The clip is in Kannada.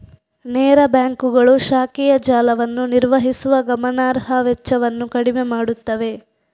ನೇರ ಬ್ಯಾಂಕುಗಳು ಶಾಖೆಯ ಜಾಲವನ್ನು ನಿರ್ವಹಿಸುವ ಗಮನಾರ್ಹ ವೆಚ್ಚವನ್ನು ಕಡಿಮೆ ಮಾಡುತ್ತವೆ